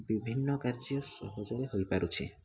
ବିଭିନ୍ନ କାର୍ଯ୍ୟ ସହଯୋଗ ହୋଇପାରୁଛି